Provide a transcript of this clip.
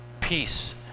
peace